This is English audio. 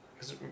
Cause